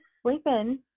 sleeping